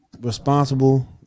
responsible